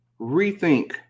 rethink